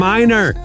Minor